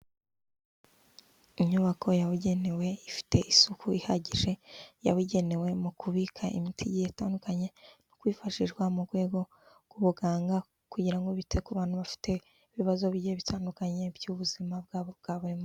Inyubako yabugenewe ifite isuku ihagije, yabugenewe mu kubika imiti igiye itandukanye no kwifashishwa mu rwego rw'ubuganga kugira ngo bite ku bantu bafite ibibazo bigiye bitandukanye by'ubuzima bwabo bwa buri munsi.